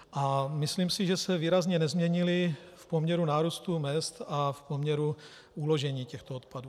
A myslím si, že se výrazně nezměnily v poměru k nárůstu mezd a v poměru uložení těchto odpadů.